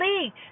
League